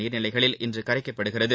நீர்நிலைகளில் இன்று கரைக்கப்படுகிறது